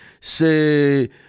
C'est